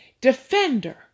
Defender